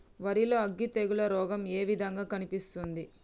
వరి లో అగ్గి తెగులు రోగం ఏ విధంగా కనిపిస్తుంది?